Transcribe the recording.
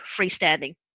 freestanding